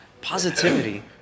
positivity